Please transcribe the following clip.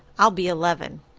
i'll be eleven.